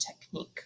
technique